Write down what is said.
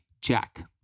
Jack